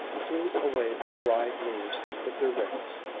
drew away the dry leaves with their rakes,